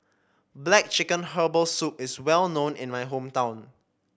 black chicken Herbal Soup is well known in my hometown